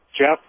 Jeff